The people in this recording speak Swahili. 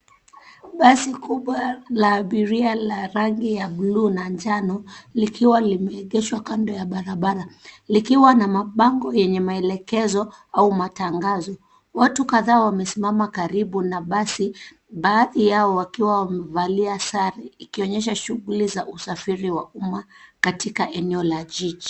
Basi kubwa la abiria la rangi ya bluu na njano likiwa limeegeshwa kando ya barabara likiwa na mabango yenye maelekezo au matangazo. Watu kadhaa wamesimama karibu na basi baadhi yao wakiwa wamevalia sare ikionyesha shughuli za usafiri wa umma katika eneo la jiji.